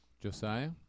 Josiah